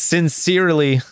Sincerely